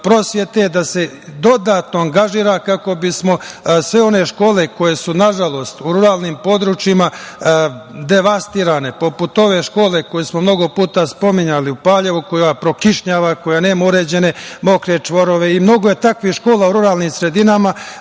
da se dodatno angažuje kako bismo sve one škole koje su nažalost u ruralnim područjima devastirane, poput ove škole koju smo mnogo puta spominjali u Paljevu koja prokišnjava, koja nema uređene mokre čvorove. Mnogo je takvih škola u ruralnim sredinama,